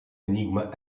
enigma